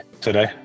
today